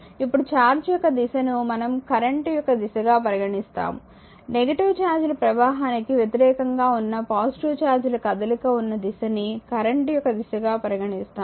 ఇప్పుడు చార్జ్ యొక్క దిశను మనం కరెంట్ యొక్క దిశగా పరిగణిస్తాము నెగిటివ్ చార్జ్ ల ప్రవాహానికి వ్యతిరేకంగా ఉన్న పాజిటివ్ చార్జీల కదలిక ఉన్న దిశని కరెంట్ యొక్క దిశగా పరిగణిస్తాము